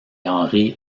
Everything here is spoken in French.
henri